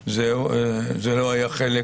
זה לא היה חלק